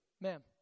ma'am